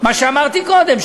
מה שאמרתי קודם,